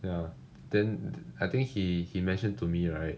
ya then I think he he mentioned to me right